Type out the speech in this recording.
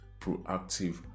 proactive